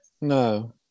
No